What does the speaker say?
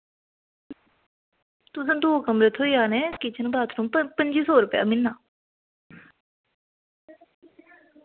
तुसें दो कमरे थ्होई जाने किचन बाथरूम पर पं'जी सौ रपेआ म्हीना